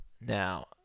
Now